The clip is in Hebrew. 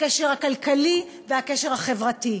הקשר הכלכלי והקשר החברתי,